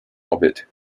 orbit